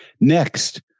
Next